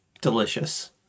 Delicious